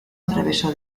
atravesó